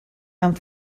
amb